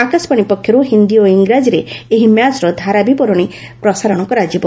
ଆକାଶବାଣୀ ପକ୍ଷରୁ ହିନ୍ଦୀ ଓ ଇଂରାଜୀରେ ଏହି ମ୍ୟାଚ୍ର ଧାରା ବିବରଣୀ ପ୍ରସାରଣ କରାଯିବ